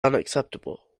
unacceptable